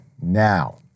Now